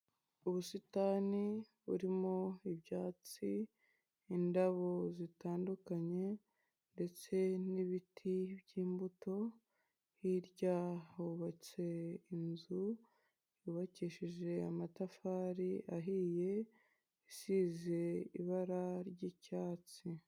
Ubusitani burimo ibyatsi, indabo zitandukanye ndetse n'ibiti by'imbuto, hirya hubatse inzu yubakishije amatafari ahiye, isize ibara ry'icyatsi.